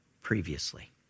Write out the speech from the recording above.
previously